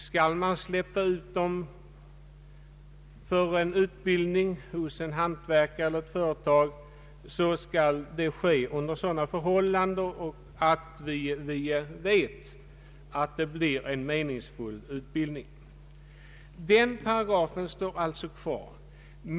Skall eleven släppas för en utbildning hos en hantverkare eller företagare, bör det ske under sådana förhållanden att utbildningen blir meningsfull. Denna bestämmelse finns alltså kvar.